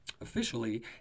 officially